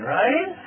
right